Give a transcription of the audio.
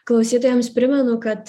klausytojams primenu kad